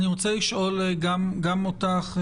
אני רוצה לשאול גם אותך,